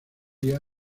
día